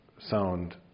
sound